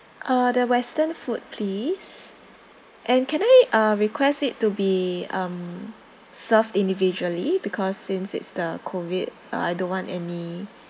uh the western food please and can I ah request it to be um served individually because since it's the COVID uh I don't want any